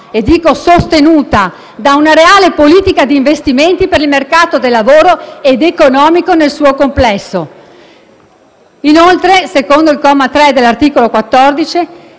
e ripeto sostenuta - da una reale politica di investimenti per il mercato del lavoro e il settore economico nel suo complesso. Inoltre, secondo il comma 3 dell'articolo 14